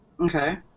Okay